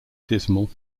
dismal